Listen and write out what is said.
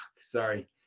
sorry